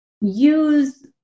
use